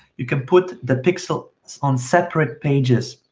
you can put the pixel on separate pages,